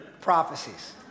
prophecies